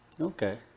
okay